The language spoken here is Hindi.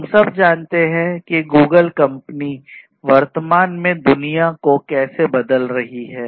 हम सब जानते हैं कि गूगल कंपनी वर्तमान में दुनिया को कैसे बदल रहा है